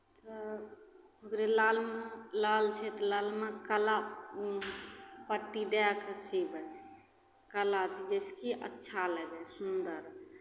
तऽ ओकरे लालमे लाल छै छै तऽ लालमे काला पट्टी दए कऽ सीबै काला तऽ जैसेकि अच्छा लगय सुन्दर